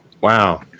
Wow